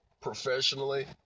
professionally